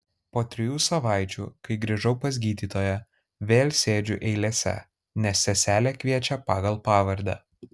po trijų savaičių kai grįžau pas gydytoją vėl sėdžiu eilėse nes seselė kviečia pagal pavardę